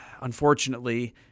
unfortunately